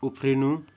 उफ्रिनु